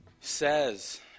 Says